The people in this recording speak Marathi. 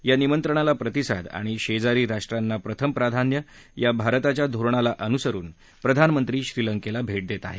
या निमंत्रणाला प्रतिसाद आणि शेजारी राष्ट्रांना प्रथम प्राधान्य या भारताच्या धोरणाला अनुसरुन प्रधानमंत्री श्रीलंकेला भेट देत आहेत